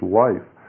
life